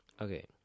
Okay